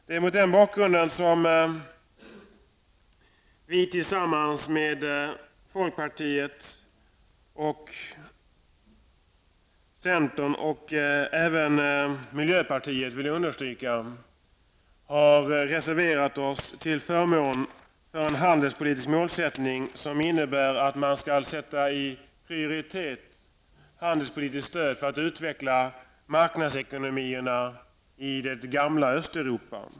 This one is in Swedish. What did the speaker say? Det är mot den bakgrunden som vi tillsammans med folkpartiet liberalerna, centern och även miljöpartiet, vill jag gärna understryka, har reserverat oss till förmån för en handelspolitisk målsättning som innebär att man skall ge högsta prioritet åt handelspolitiskt stöd för att utveckla marknadsekonomier i det gamla Östeuropa.